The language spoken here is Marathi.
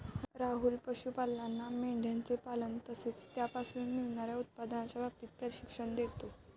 राहुल पशुपालांना मेंढयांचे पालन तसेच त्यापासून मिळणार्या उत्पन्नाच्या बाबतीत प्रशिक्षण देतो